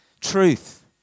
Truth